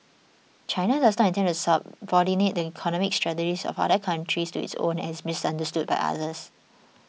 China does not intend to subordinate the economic strategies of other countries to its own and is misunderstood by others